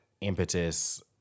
impetus